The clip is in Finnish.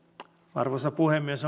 arvoisa puhemies